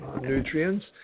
nutrients